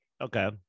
Okay